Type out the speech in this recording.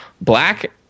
black